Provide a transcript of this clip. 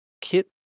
kit